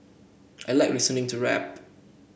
I like listening to rap